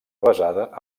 basada